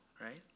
right